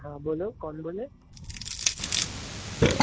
હા બોલો કોણ બોલે